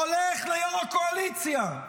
הולך ליו"ר הקואליציה,